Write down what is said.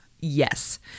Yes